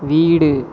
வீடு